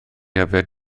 yfed